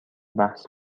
بحث